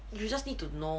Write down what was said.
if you just need to know